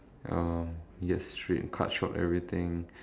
um you get to straight cut short everything